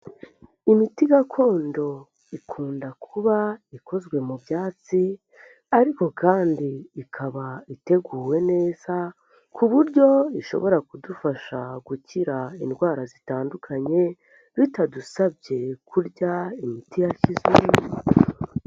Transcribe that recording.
Imiti gakondo ikunda kuba ikozwe mu byatsi ariko kandi ikaba iteguwe neza, ku buryo ishobora kudufasha gukira indwara zitandukanye bitadusabye kurya imiti yashyizwemo.